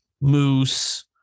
moose